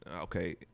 okay